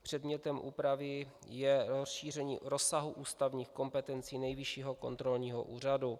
Předmětem úpravy je rozšíření rozsahu ústavních kompetencí Nejvyššího kontrolního úřadu.